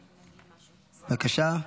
בבקשה,